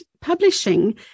publishing